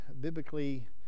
biblically